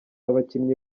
abakinnyi